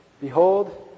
Behold